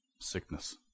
Sickness